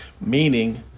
meaning